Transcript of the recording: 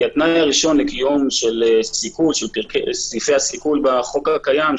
כי התנאי הראשון לקיום של סעיפי הסיכול בחוק הקיים,